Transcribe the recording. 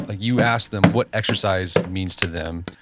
ah you ask them what exercise means to them.